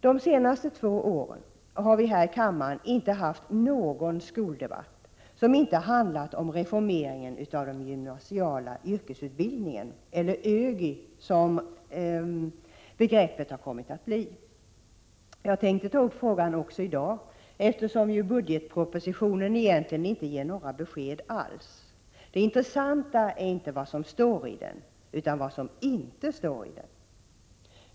De senaste två åren har vi här i kammaren inte haft någon skoldebatt som inte har handlat om reformeringen av den gymnasiala yrkesutbildningen, eller ÖGY, som begreppet har kommit att bli. Jag tänkte ta upp frågan också i dag, eftersom budgetpropositionen egentligen inte ger några besked alls. Det intressanta är inte vad som står i den utan vad som inte står i den.